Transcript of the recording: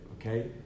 Okay